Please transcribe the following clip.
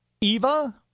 Eva